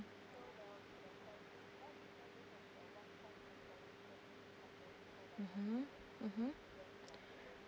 mmhmm mmhmm